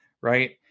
right